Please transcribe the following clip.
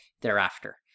thereafter